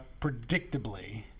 predictably